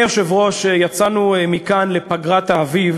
אדוני היושב-ראש, יצאנו מכאן לפגרת האביב